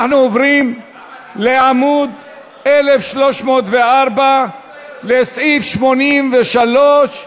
אנחנו עוברים לעמוד 1304, סעיף 83,